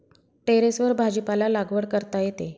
टेरेसवर भाजीपाला लागवड करता येते